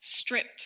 Stripped